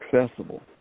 accessible